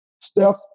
Steph